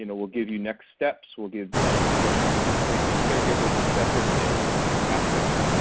you know will give you next steps, will give suggestions for family and caregivers, et cetera if they are considered at-risk.